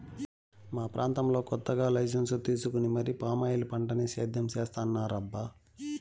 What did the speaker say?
మా ప్రాంతంలో కొత్తగా లైసెన్సు తీసుకొని మరీ పామాయిల్ పంటని సేద్యం చేత్తన్నారబ్బా